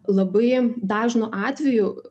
labai dažnu atveju